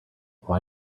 why